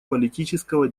политического